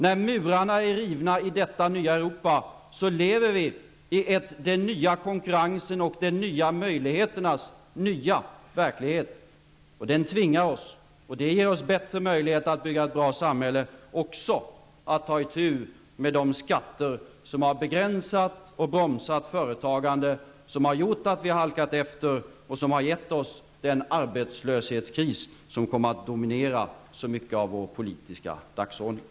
När murarna är rivna i detta nya Europa lever vi i den nya konkurrensen och de nya möjligheternas verklighet. Denna verklighet tvingar oss också, samtidigt som den ger oss större möjligheter att bygga ett bättre samhälle -- att ta itu med de skatter som har begränsat och bromsat företagandet, något som har gjort att vi har halkat efter och som har gett oss den arbetslöshetskris som kommer att dominera så mycket av vår politiska dagordning.